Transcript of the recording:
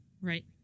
Right